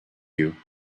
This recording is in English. you